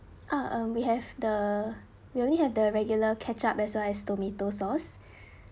ah uh we have the we only have the regular ketchup as well as tomato sauce